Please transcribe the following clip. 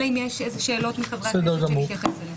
אלא אם יש שאלות מחברי הכנסת שנתייחס אליהן.